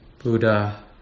Buddha